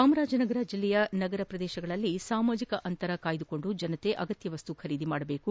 ಜಾಮರಾಜನಗರ ಜಿಲ್ಲೆಯ ನಗರ ಪ್ರದೇಶಗಳಲ್ಲಿ ಸಾಮಾಜಿಕ ಅಂತರ ಕಾಯ್ದುಕೊಂಡು ಜನತೆ ಅಗತ್ತ ವಸ್ತುಗಳನ್ನು ಖರೀದಿ ಮಾಡಬೇಕು